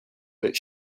that